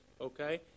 Okay